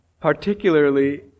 particularly